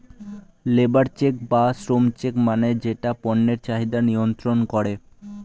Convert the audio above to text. labour check বা শ্রম check মানে যেটা পণ্যের চাহিদা নিয়ন্ত্রন করে